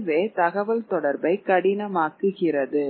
இதுவே தகவல் தொடர்பை கடினமாக்குகிறது